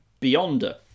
Beyonder